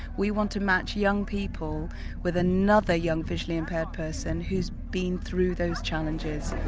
we want to match young people with another young visually impaired person who's been through those challenges.